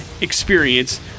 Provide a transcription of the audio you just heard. experience